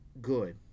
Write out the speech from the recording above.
good